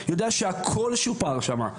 יודע שהכל שופר שם.